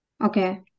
Okay